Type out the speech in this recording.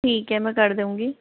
ठीक है मैं कर दूँगी